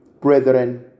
Brethren